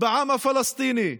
בעם הפלסטיני.